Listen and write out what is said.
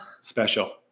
Special